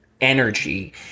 energy